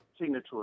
signature